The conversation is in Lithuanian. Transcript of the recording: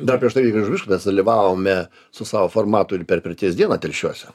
dar prieš tai neužmiršk mes dalyvavome su savo formatu ir per pirties dieną telšiuose